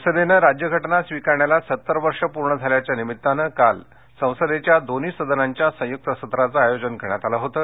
संसदेनं राज्यघटना स्वीकारण्याला सत्तर वर्ष पूर्ण झाल्याच्या निमित्तानं काल संसदेच्या दोन्ही सदनांच्या संयुक्त सत्राचं आयोजन करण्यात आलं होतं